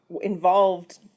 involved